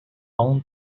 own